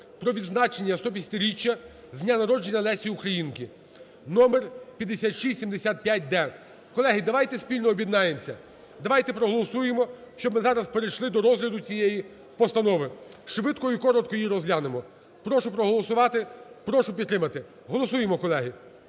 про відзначення 150-річчя з дня народження Лесі Українки (№ 5675-д). Колеги, давайте спільно об'єднаємося, давайте проголосуємо, щоб ми зараз перейшли до розгляду цієї постанови, швидко і коротко її розглянемо. Прошу проголосувати, прошу підтримати. Голосуємо, колеги,